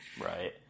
Right